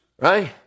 Right